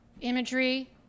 imagery